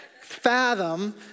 fathom